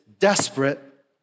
desperate